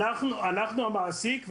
אנחנו המעסיק.